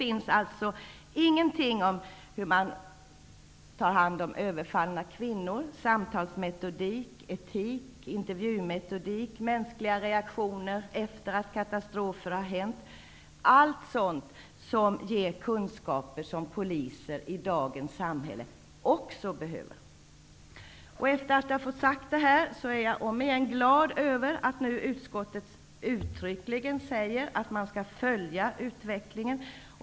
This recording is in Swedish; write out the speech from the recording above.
Ingenting sägs om hur man tar hand om överfallna kvinnor eller om samtalsmetodik, etik, intervjumetodik eller mänskliga reaktioner efter en katastrof -- dvs. sådant som ger kunskaper som poliser i dagens samhälle också behöver. Efter att ha fått detta sagt måste jag återigen framhålla att jag är glad över att utskottet nu uttryckligen säger att man skall följa utvecklingen.